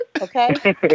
okay